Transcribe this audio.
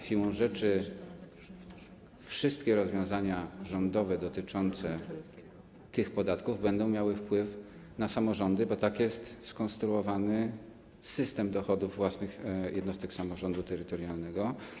Siłą rzeczy wszystkie rozwiązania rządowe dotyczące tych podatków będą miały wpływ na samorządy, bo tak jest skonstruowany system dochodów własnych w jednostkach samorządu terytorialnego.